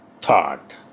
thought